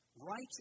righteous